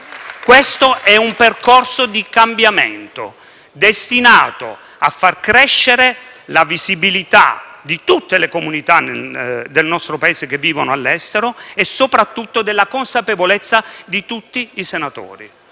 M5S)*. Un percorso di cambiamento destinato a far crescere la visibilità di tutte le comunità del nostro Paese che vivono all'estero e soprattutto della consapevolezza di tutti i senatori,